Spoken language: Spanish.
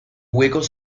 huecos